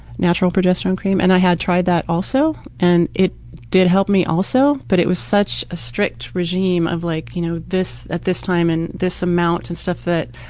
natural progesterone cream, and i had tried that also. and it did help me also but it was such a strict regime of like you know, this at this time and this amount and stuff that,